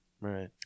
Right